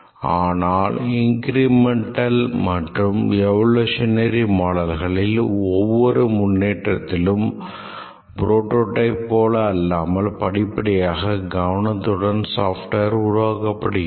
ஆனால் இன்கிரிமென்ட் மற்றும் எவோலோஷனரி மாடல்களில் ஒவ்வொரு முன்னேற்றத்திலும் புரோடோடைப் போல் அல்லாமல் படிப்படியாக கவனத்துடன் software உருவாக்க்ப்படுகிறது